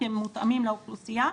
כי הם מותאמים לאוכלוסייה,